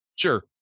sure